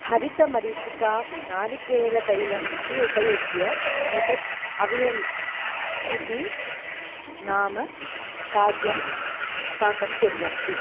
हरित मरीचिका नारिकेलतैलम् अपि उपयुज्य एतत् अवियल् इति नाम्नः क् खाद्यं पाकं कुर्वन्ति